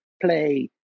play